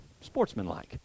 sportsmanlike